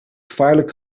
gevaarlijk